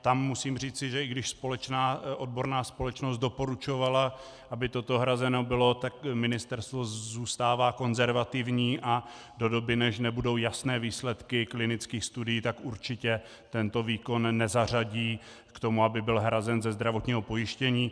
Tam musím říci, že i když odborná společnost doporučovala, aby toto hrazeno bylo, tak ministerstvo zůstává konzervativní a do doby, než budou jasné výsledky klinických studií, tak určitě tento výkon nezařadí k tomu, aby byl hrazen ze zdravotního pojištění.